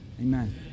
amen